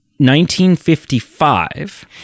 1955